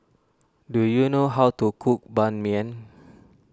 do you know how to cook Ban Mian